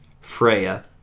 Freya